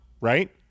right